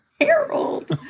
Harold